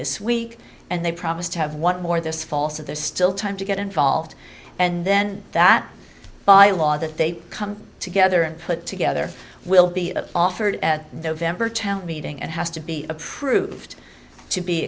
this week and they promised to have one more this fall so there's still time to get involved and then that by law that they come together and put together will be offered at november th meeting and has to be approved to be